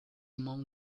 among